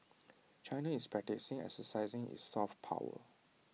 China is practising exercising its soft power